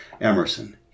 Emerson